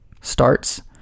starts